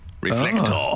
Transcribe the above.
Reflector